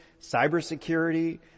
cybersecurity